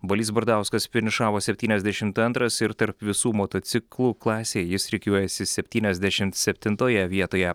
balys bardauskas finišavo septyniasdešimt antras ir tarp visų motociklų klasėj jis rikiuojasi septyniasdešim septintoje vietoje